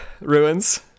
Ruins